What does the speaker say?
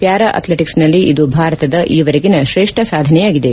ಪ್ಕಾರಾ ಅಥ್ಲೆಟಿಕ್ಸ್ನಲ್ಲಿ ಇದು ಭಾರತದ ಈವರೆಗಿನ ಶ್ರೇಷ್ಠ ಸಾಧನೆಯಾಗಿದೆ